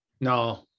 no